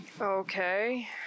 Okay